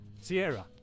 Sierra